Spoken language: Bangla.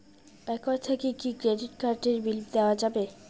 একাউন্ট থাকি কি ক্রেডিট কার্ড এর বিল দেওয়া যাবে?